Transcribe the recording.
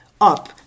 up